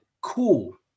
cool